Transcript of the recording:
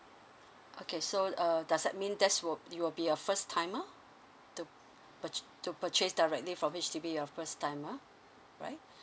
okay so uh does that mean that's will it will be your first timer to purchase to purchase directly from H_D_B you're first timer right